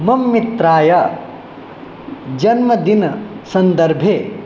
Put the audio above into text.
मम मित्राय जन्मदिनसन्दर्भे